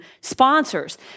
sponsors